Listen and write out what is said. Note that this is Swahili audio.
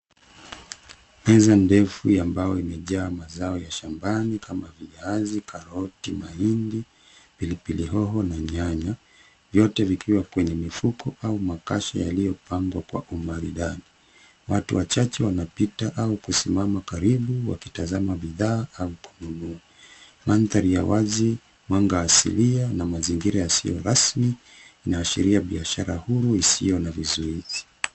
Hizi ndefu ya mbao imejaa mazao ya shambani kama viazi, karoti, mahindi, pilipili hoho na nyanya; vyote vikiwa kwenye mifuko au makasha yaliyopangwa kwa umaridadi. Watu wachache wanapita au kusimama karibu wakitazama bidhaa au kununua. Mandhari ya wazi, mwanga asilia na mazingira yasiyo rasmi inaashiria biashara huru isiyo na vizuizi.